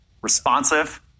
responsive